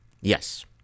yes